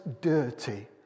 dirty